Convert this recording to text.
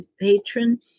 patron